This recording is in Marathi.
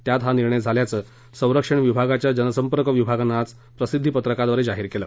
त्यात हा निर्णय झाल्याचं संरक्षण विभागाच्या जनसंपर्क विभागानं आज प्रसिद्वीपत्रकाद्वारे जाहीर केलं